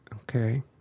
Okay